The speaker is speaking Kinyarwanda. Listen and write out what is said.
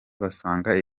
basanga